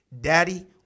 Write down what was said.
Daddy